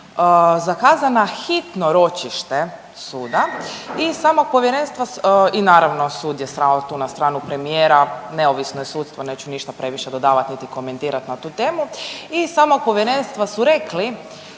zakazano hitno ročište suda i samo Povjerenstvo i naravno sud je stao tu na stranu premijera, neovisno je sudstvo neću ništa previše dodavati, niti komentirati na tu temu. Iz samog Povjerenstva su rekli